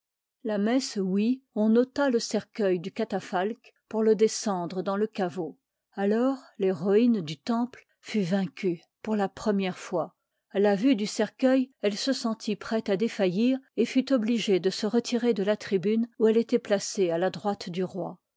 la messe ouïe on ôta le cercueil du ii iaït catafalque pour le descendre dans le i v ii caveau alors rhéroïne du temple fi vaincue pour la première fois à la vue din cercueil elle se sentit prête à défaillir et l f t'fut obligée de se retirer de latribunie oit elle étoit placée à la droite du roi